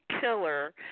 killer